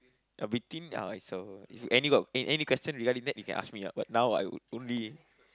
everything uh is uh if any got any any question regarding that you can ask me ah but now I would only